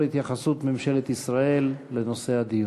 את התייחסות ממשלת ישראל לנושא הדיון.